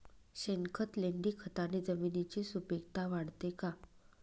शेणखत, लेंडीखताने जमिनीची सुपिकता वाढते का?